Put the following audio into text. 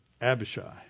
Abishai